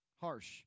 harsh